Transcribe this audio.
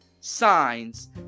signs